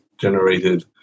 generated